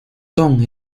son